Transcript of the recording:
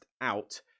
out